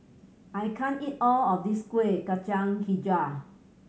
I can't eat all of this Kueh Kacang Hijau